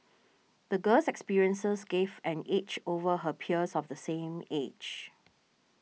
the girl's experiences gave an edge over her peers of the same age